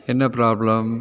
என்ன ப்ராப்ளம்